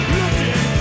looking